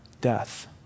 Death